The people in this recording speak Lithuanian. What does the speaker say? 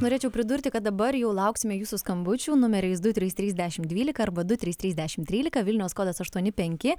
norėčiau pridurti kad dabar jau lauksime jūsų skambučių numeriais du trys trys dešimt dvylika arba du trys trys dešimt trylika vilniaus kodas aštuoni penki